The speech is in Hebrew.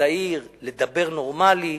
לדבר נורמלי,